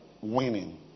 winning